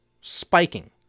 spiking